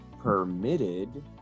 permitted